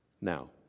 Now